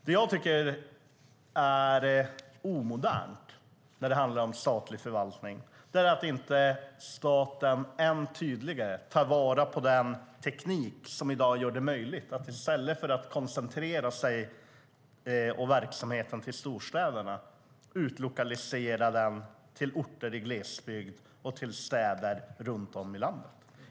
Det jag tycker är omodernt när det handlar om statlig förvaltning är att staten inte tydligare tar vara på den teknik som i dag gör det möjligt att i stället för att koncentrera verksamheten till storstäderna utlokalisera den till orter i glesbygd och till städer runt om i landet.